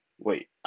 wait